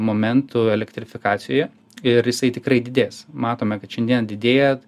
momentų elektrifikacijoje ir jisai tikrai didės matome kad šiandien didėja